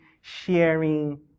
sharing